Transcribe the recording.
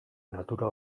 natura